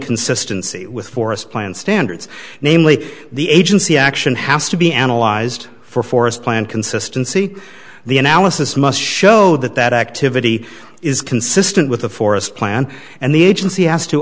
consistency with four plant standards namely the agency action has to be analyzed for forest plan consistency the analysis must show that that activity is consistent with the forest plan and the agency has to